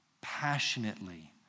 passionately